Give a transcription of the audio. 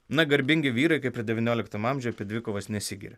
na garbingi vyrai kaip ir devynioliktam amžiuj apie dvikovas nesigiria